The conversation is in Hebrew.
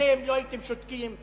אתם לא הייתם שותקים.